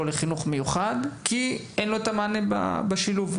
לחינוך מיוחד כי אין לו את המענה בשילוב.